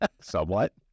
Somewhat